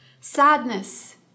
sadness